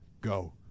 Go